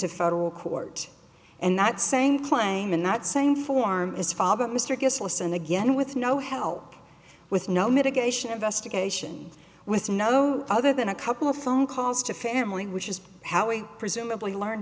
to federal court and that same claim in that same form is father mr guest list and again with no help with no mitigation investigation with no other than a couple of phone calls to family which is how we presumably learned